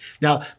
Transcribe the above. Now